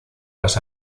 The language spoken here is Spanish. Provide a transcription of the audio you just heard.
las